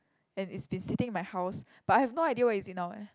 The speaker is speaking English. and it's been sitting in my house but I have no idea where is it now eh